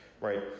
right